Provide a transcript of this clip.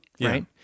right